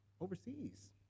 overseas